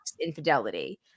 infidelity